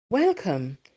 Welcome